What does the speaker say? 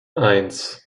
eins